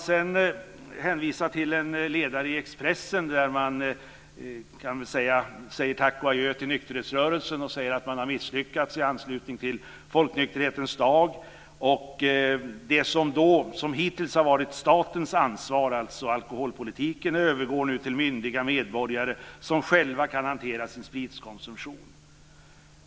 Jag vill hänvisa till en ledare i Expressen där man säger tack och adjö till nykterhetsrörelsen och säger att den har misslyckats i anslutning till folknykterhetens dag. Det som hittills har varit statens ansvar, alltså alkoholpolitiken, övergår nu till myndiga medborgare som själva kan hantera sin spritkonsumtion.